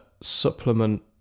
supplement